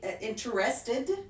interested